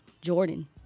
Jordan